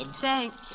Thanks